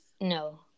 No